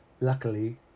Luckily